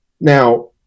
Now